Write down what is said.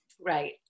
Right